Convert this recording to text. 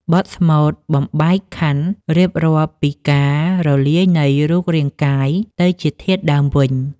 បទស្មូតបំបែកខន្ធ រៀបរាប់ពីការរលាយនៃរូបរាងកាយទៅជាធាតុដើមវិញ។